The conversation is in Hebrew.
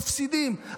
מפסידים,